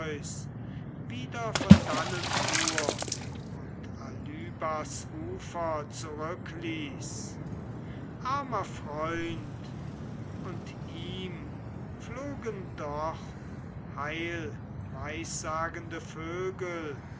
wieder von dannen fuhr und alybas ufer zurückließ armer freund und ihm flogen doch heilweissagende vögel